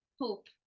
hope